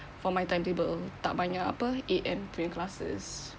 for my time table tak banyak apa A_M punya classes